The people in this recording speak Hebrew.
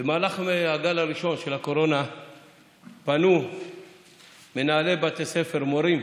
במהלך הגל הראשון של הקורונה פנו מנהלי בתי ספר ומורים